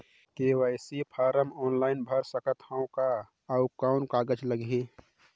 KYC form online भर सकत हवं का? अउ कौन कागज लगही?